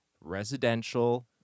residential